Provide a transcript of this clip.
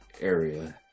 area